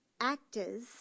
actors